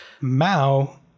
mao